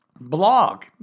blog